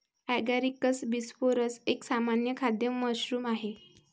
Agaricus bisporus एक सामान्य खाद्य मशरूम आहे